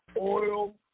oil